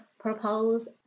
Propose